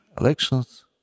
Elections